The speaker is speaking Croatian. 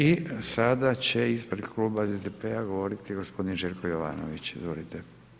I sada će ispred kluba SDP-a govoriti gospodin Željko Jovanović, izvolite.